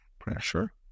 Pressure